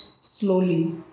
slowly